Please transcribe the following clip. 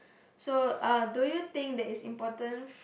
so uh do you think that it's important